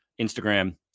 Instagram